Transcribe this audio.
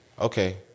Okay